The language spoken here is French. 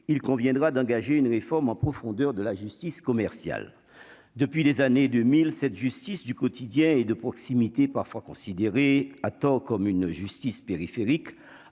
il conviendra d'engager une réforme en profondeur de la justice commerciale depuis des années 2007 justice du quotidien et de proximité, parfois considéré à tort comme une justice périphérique